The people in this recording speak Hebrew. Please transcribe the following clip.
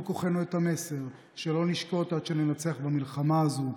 כוחנו את המסר שלא נשקוט עד שננצח במלחמה הזו.